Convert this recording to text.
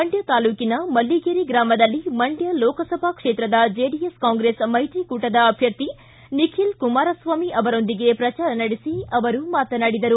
ಮಂಡ್ಯ ತಾಲೂಕನ ಮಲ್ಲೀಗೆರೆ ಗ್ರಾಮದಲ್ಲಿ ಮಂಡ್ಯ ಲೋಕಸಭಾ ಕ್ಷೇತ್ರದ ಜೆಡಿಎಸ್ ಕಾಂಗ್ರೆಸ್ ಮೈತ್ರಿ ಕೂಟದ ಅಧ್ಯರ್ಥಿ ನಿಖಿಲ್ ಕುಮಾರಸ್ವಾಮಿ ಅವರೊಂದಿಗೆ ಪ್ರಚಾರ ನಡೆಸಿ ಅವರು ಮಾತನಾಡಿದರು